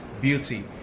beauty